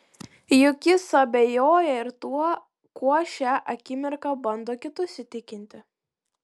juk jis abejoja ir tuo kuo šią akimirką bando kitus įtikinti